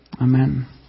Amen